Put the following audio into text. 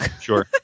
Sure